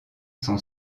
son